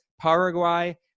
Paraguay